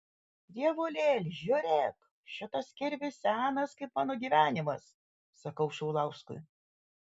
dievulėl žiūrėk šitas kirvis senas kaip mano gyvenimas sakau šaulauskui